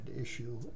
issue